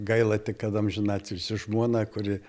gaila tik kad amžinatilsį žmona kuri